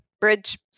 Bridge